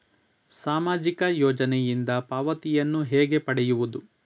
ಸಾಮಾಜಿಕ ಯೋಜನೆಯಿಂದ ಪಾವತಿಯನ್ನು ಹೇಗೆ ಪಡೆಯುವುದು?